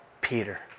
Peter